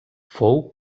fou